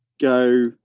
go